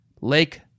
Lake